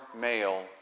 male